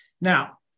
Now